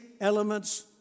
elements